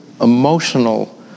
emotional